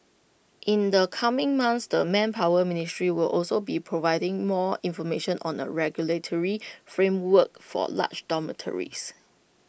in the coming months the manpower ministry will also be providing more information on A regulatory framework for large dormitories